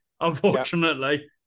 Unfortunately